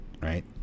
right